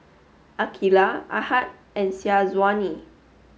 Aqilah Ahad and Syazwani